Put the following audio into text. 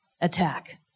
attack